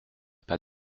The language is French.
pas